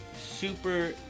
super